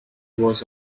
was